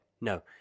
No